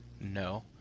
No